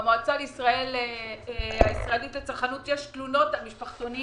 במועצה לצרכנות יש תלונות על משפחתונים